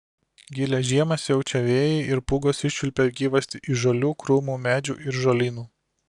gilią žiemą siaučią vėjai ir pūgos iščiulpia gyvastį iš žolių krūmų medžių ir žolynų